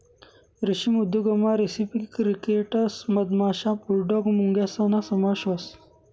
रेशीम उद्योगमा recipe crickets मधमाशा, बुलडॉग मुंग्यासना समावेश व्हस